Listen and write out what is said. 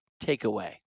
takeaway